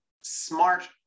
SMART